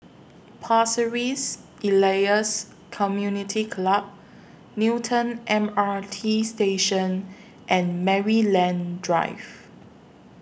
Pasir Ris Elias Community Club Newton M R T Station and Maryland Drive